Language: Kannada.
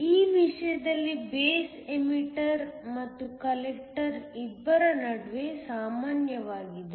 ಈ ವಿಷಯದಲ್ಲಿ ಬೇಸ್ ಎಮಿಟರ್ ಮತ್ತು ಕಲೆಕ್ಟರ್ ಇಬ್ಬರ ನಡುವೆ ಸಾಮಾನ್ಯವಾಗಿದೆ